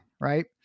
right